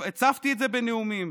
הצפתי את זה בנאומים,